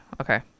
Okay